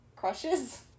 crushes